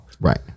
right